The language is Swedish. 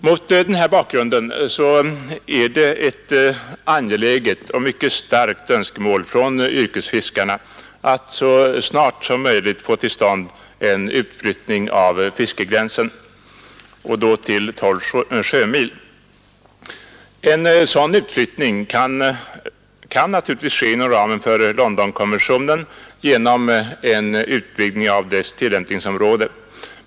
Mot denna bakgrund är det ett angeläget och mycket starkt önskemål från yrkesfiskarna att så snart som möjligt få till stånd en utflyttning av fiskegränsen till 12 sjömil. En sådan utflyttning kan naturligtvis ske inom ramen för Londonkonventionen genom en utökning av dess tillämpningsområde.